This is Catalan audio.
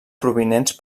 provinents